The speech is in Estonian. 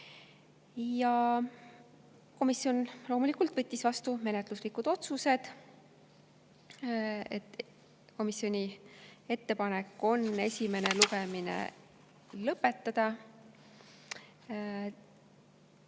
võttis loomulikult vastu menetluslikud otsused. Komisjoni ettepanek on esimene lugemine lõpetada,